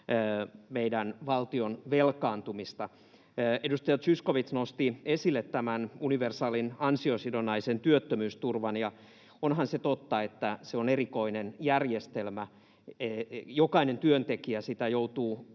meidän valtion velkaantumista. Edustaja Zyskowicz nosti esille tämän universaalin ansiosidonnaisen työttömyysturvan, ja onhan se totta, että se on erikoinen järjestelmä. Jokainen työntekijä sitä joutuu